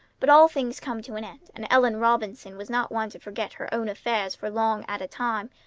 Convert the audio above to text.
but all things come to an end, and ellen robinson was not one to forget her own affairs for long at a time.